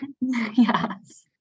Yes